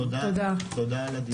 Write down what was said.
תודה על הדיון.